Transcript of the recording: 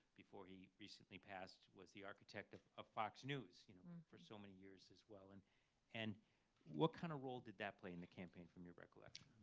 before he recently passed, was the architect of of fox news you know for so many years as well. and and what kind of role did that play in the campaign from your recollection?